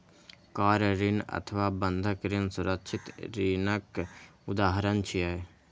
car ऋण अथवा बंधक ऋण सुरक्षित ऋणक उदाहरण छियै